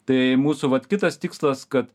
tai mūsų vat kitas tikslas kad